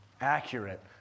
accurate